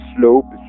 slope